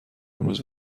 امروز